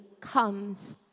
comes